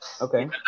Okay